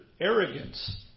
arrogance